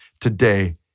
today